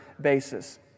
basis